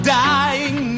dying